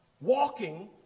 walking